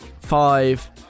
five